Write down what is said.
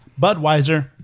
Budweiser